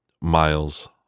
miles